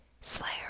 slayer